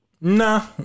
nah